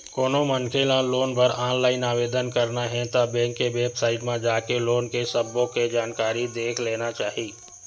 कोनो मनखे ल लोन बर ऑनलाईन आवेदन करना हे ता बेंक के बेबसाइट म जाके लोन के सब्बो के जानकारी देख लेना चाही